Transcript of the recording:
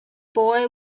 boy